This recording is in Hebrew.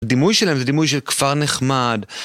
דימוי שלהם זה דימוי של כפר נחמד.